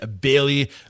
Bailey